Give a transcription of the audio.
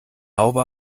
haube